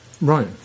Right